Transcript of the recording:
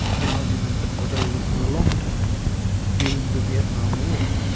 an argument that prevailed for a long time during the vietnam war.